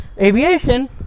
aviation